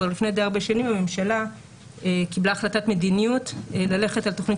כבר לפני די הרבה שנים הממשלה קיבלה החלטת מדיניות ללכת על תכנית